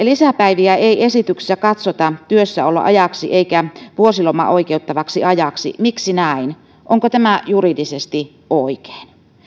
lisäpäiviä ei esityksessä katsota työssäoloajaksi eikä vuosilomaan oikeuttavaksi ajaksi miksi näin onko tämä juridisesti oikein